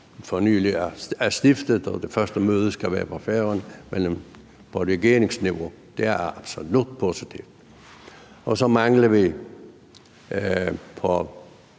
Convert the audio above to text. for nylig er stiftet, og hvis første møde skal være på Færøerne, på regeringsniveau, er absolut positivt. Så mangler vi